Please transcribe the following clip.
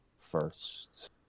first